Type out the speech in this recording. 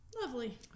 lovely